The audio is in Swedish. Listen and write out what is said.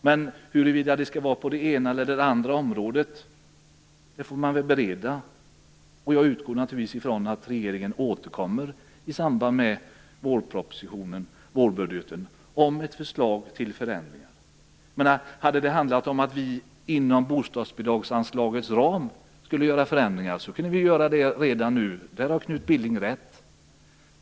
Men huruvida det skall ske på det ena eller andra området får man bereda. Jag utgår naturligtvis från att regeringen återkommer i samband med vårbudgeten med ett förslag till förändringar. Om det hade handlat om att vi inom bostadsbidragsanslagets ram skulle göra förändringar, hade vi kunnat göra det redan nu. I fråga om det har Knut Billing rätt.